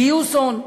גיוס הון,